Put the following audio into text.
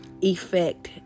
effect